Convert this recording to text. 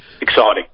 Exciting